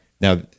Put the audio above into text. now